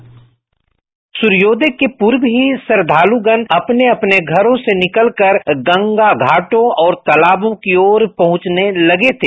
bite Munger PTC सूर्योदय के पूर्व ही श्रद्धालुगण अपने अपने घरों से निकल कर गंगा घाटों और तालाबों की ओर पहुंचने लगे थे